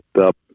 up